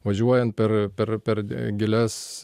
važiuojant per per per d gilias